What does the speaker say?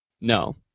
no